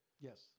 Yes